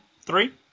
three